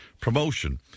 promotion